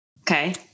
Okay